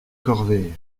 corvée